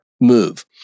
move